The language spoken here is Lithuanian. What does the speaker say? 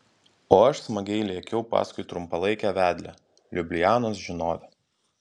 o aš smagiai lėkiau paskui trumpalaikę vedlę liublianos žinovę